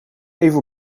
even